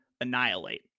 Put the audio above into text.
annihilate